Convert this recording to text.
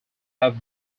have